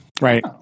Right